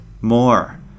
more